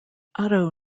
otto